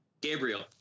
Gabriel